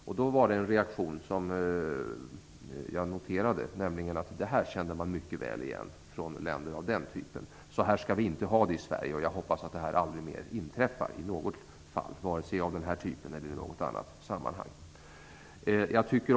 Då noterade jag en reaktion, nämligen att man mycket väl kände igen detta från länder av den typen. Så här skall vi inte ha det i Sverige. Och jag hoppas att det här aldrig mer inträffar i något fall, vare sig i liknande fall eller i något annat sammanhang.